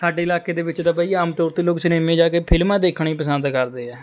ਸਾਡੇ ਇਲਾਕੇ ਦੇ ਵਿੱਚ ਤਾਂ ਬਈ ਆਮ ਤੌਰ 'ਤੇ ਲੋਕ ਸਿਨੇਮੇ ਜਾ ਕੇ ਫਿਲਮਾਂ ਦੇਖਣੀਆਂ ਹੀ ਪਸੰਦ ਕਰਦੇ ਆ